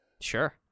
Sure